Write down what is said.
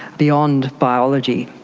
beyond biology.